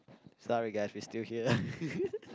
sorry guys we still here